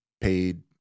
paid